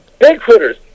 Bigfooters